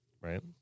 right